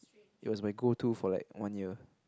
it was my go to for like one year